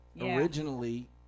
Originally